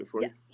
Yes